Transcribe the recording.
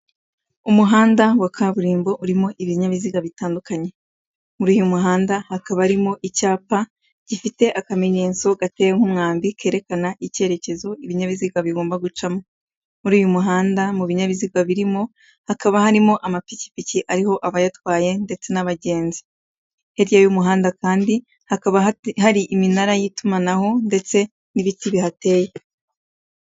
Umuhanda wa kaburimbo urimo ibinyabiziga bitandukanye muri uyu muhanda hakaba harimo icyapa gifite akamenyetso gateye nk'umwambi kerekana icyerekezo ibinyabiziga bigomba guca muri uyu muhanda mu binyabiziga birimo hakaba harimo amapikipiki ariho abayatwaye ndetse n'abagenzi hirya y'umuhanda kandi hakaba hari iminara y'itumanaho ndetse n'ibiti bihateye.